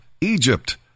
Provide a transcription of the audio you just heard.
Egypt